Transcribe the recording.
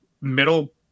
middle